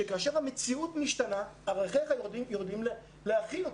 שכאשר המציאות משתנה ערכיך יודעים להכיל אותם.